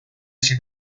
sin